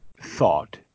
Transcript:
thought